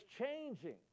changing